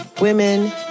women